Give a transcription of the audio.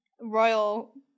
royal